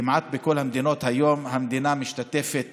כמעט בכל המדינות היום המדינה משתתפת